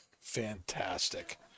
fantastic